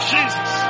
Jesus